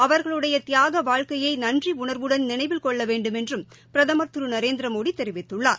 அவர்களுடைய தியாக வாழ்க்கையை நன்றி உணர்வுடன் நினைவில் கொள்ள வேண்டுமென்றும் பிரதமர் திரு நரேந்திரமோடி தெரிவித்துள்ளார்